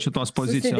šitos pozicijos